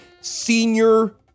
senior